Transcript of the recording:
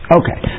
okay